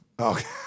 Okay